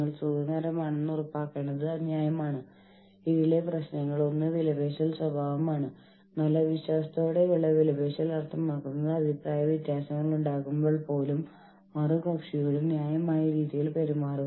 ഈ പദം ഓർഗനൈസേഷന്റെ അഡ്മിനിസ്ട്രേറ്റീവ് ബോഡിയും ഓർഗനൈസേഷന്റെ തൊഴിലാളികളുടെ ബോഡിയും തമ്മിലുള്ള മൊത്തത്തിലുള്ള ബന്ധത്തെ സൂചിപ്പിക്കുന്നു